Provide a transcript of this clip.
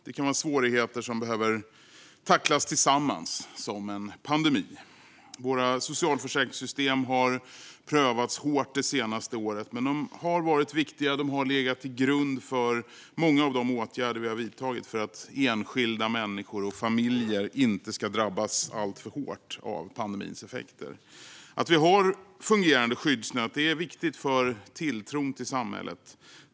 Det kan vara svårigheter som vi behöver tackla tillsammans, som en pandemi. Våra socialförsäkringssystem har prövats hårt det senaste året. Men de har varit viktiga. De har legat till grund för många av de åtgärder vi har vidtagit för att enskilda människor och familjer inte ska drabbas alltför hårt av pandemins effekter. Att vi har fungerande skyddsnät är viktigt för tilltron till samhället.